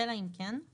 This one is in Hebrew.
אלא אם כן (1)